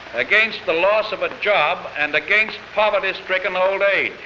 against the loss of a job and against poverty-stricken old age.